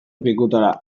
pikutara